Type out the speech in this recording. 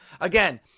Again